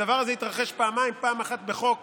הדבר הזה התרחש פעמיים, פעם אחת בחוק